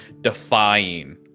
defying